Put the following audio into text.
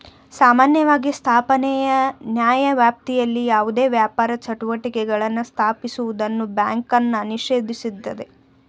ಸಾಮಾನ್ಯವಾಗಿ ಸ್ಥಾಪನೆಯ ನ್ಯಾಯವ್ಯಾಪ್ತಿಯಲ್ಲಿ ಯಾವುದೇ ವ್ಯಾಪಾರ ಚಟುವಟಿಕೆಗಳನ್ನ ಸ್ಥಾಪಿಸುವುದನ್ನ ಬ್ಯಾಂಕನ್ನ ನಿಷೇಧಿಸುತ್ತೆ